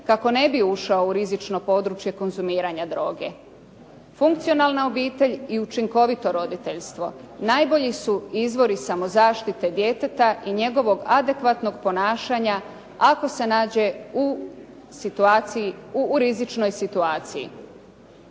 kako ne bi ušao u rizično područje konzumiranja droge. Funkcionalna obitelj i učinkovito roditeljstvo najbolji su izvori samozaštite djeteta i njegovog adekvatnog ponašanja ako se nađe u rizičnoj situaciji.